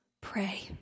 pray